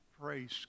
Praise